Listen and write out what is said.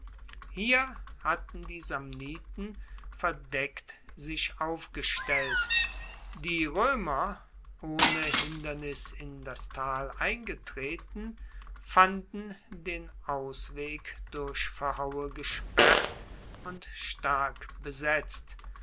hier hatten die samniten verdeckt sich aufgestellt die roemer ohne hindernis in das tal eingetreten fanden den ausweg durch verhaue gesperrt und stark besetzt